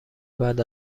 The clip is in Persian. بعد